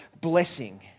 blessing